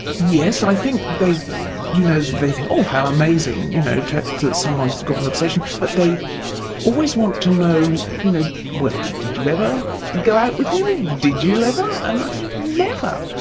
yes, i think they you know they think, oh how amazing you know that someone's got an obsession but they always want to know you know well, did you ever go out with him, did you ever? and i said never,